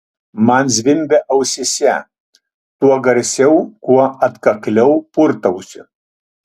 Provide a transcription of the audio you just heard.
man zvimbia ausyse tuo garsiau kuo atkakliau purtausi